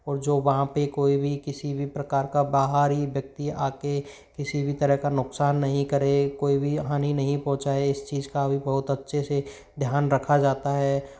और जो वहाँ पे कोई भी किसी भी प्रकार का बाहरी व्यक्ति आके किसी भी तरह का नुकसान नहीं करे कोई भी हानि नहीं पहुंचाएं इस चीज़ का भी बहुत अच्छे से ध्यान रखा जाता है